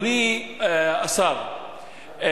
אדוני השר,